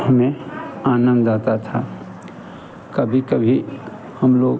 हमें आनंद आता था कभी कभी हम लोग